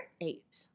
eight